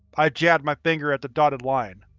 i jabbed my finger at the dotted line.